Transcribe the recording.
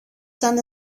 σαν